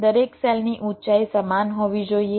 દરેક સેલની ઊંચાઈ સમાન હોવી જોઈએ